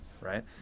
right